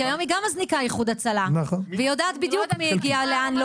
כי היום היא גם מזניקה איחוד הצלה והיא יודעת בדיוק מי הגיע לאן,